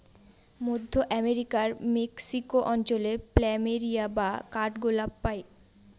মধ্য আমেরিকার মেক্সিকো অঞ্চলে প্ল্যামেরিয়া বা কাঠগোলাপ পাই